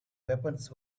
weapons